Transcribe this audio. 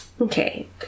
Okay